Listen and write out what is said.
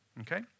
Okay